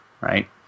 right